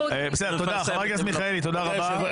חברת הכנסת מיכאלי, תודה רבה.